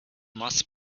must